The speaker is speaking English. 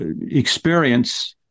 experience